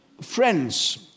friends